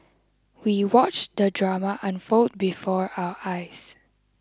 we watched the drama unfold before our eyes